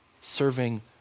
serving